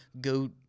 go